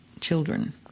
children